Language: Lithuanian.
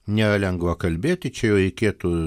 nėra lengva kalbėti čia jau reikėtų